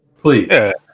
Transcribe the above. Please